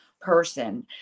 person